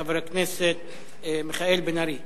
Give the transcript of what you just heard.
חבר הכנסת מיכאל בן-ארי.